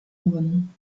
wurden